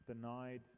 denied